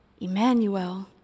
Emmanuel